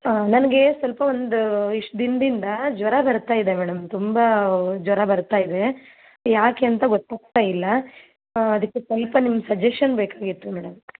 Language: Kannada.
ಹಾಂ ನನಗೆ ಸ್ವಲ್ಪ ಒಂದು ಇಷ್ಟು ದಿನದಿಂದ ಜ್ವರ ಬರ್ತಾ ಇದೆ ಮೇಡಮ್ ತುಂಬಾ ಜ್ವರ ಬರ್ತಾಇದೆ ಯಾಕೆ ಅಂತ ಗೊತ್ತಾಗ್ತಾಯಿಲ್ಲ ಹಾಂ ಅದಕ್ಕೆ ಸ್ವಲ್ಪ ನಿಮ್ಮ ಸಜೆಶನ್ ಬೇಕಾಗಿತ್ತು ಮೇಡಮ್